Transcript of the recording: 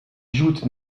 joutes